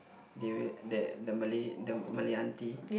that the Malay the Malay auntie